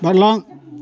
बारलां